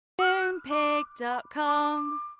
Moonpig.com